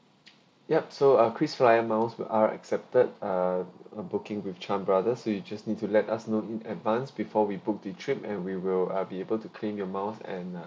yup so uh krisflyer miles are accepted ah booking with chan brothers so you just need to let us know in advance before we book the trip and we will uh be able to claim your mile and uh